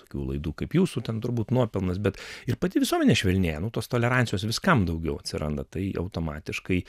tokių laidų kaip jūsų ten turbūt nuopelnas bet ir pati visuomenė švelnėja nu tos tolerancijos viskam daugiau atsiranda tai automatiškai